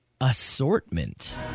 Assortment